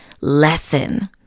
lesson